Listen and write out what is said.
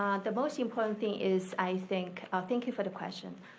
um the most important thing is, i think, thank you for the question.